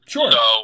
Sure